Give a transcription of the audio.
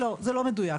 זה לא מדויק.